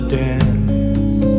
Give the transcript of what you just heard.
dance